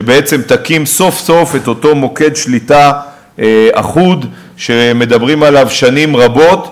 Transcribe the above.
שבעצם תקים סוף-סוף את אותו מוקד שליטה אחוד שמדברים עליו שנים רבות,